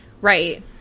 Right